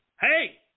Hey